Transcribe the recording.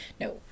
No